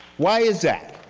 why is that?